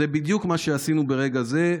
זה בדיוק מה שעשינו ברגע זה,